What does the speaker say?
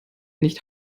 nicht